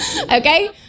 okay